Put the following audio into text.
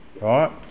right